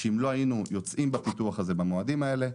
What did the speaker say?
ואם לא היינו עושים את הפיתוח במועדים האלה,